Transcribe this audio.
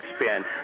spin